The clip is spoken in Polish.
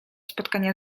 spotkania